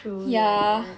true that